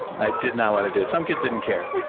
i did not want to do it. some kids didn't care.